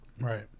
right